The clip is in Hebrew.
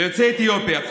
ליוצאי אתיופיה,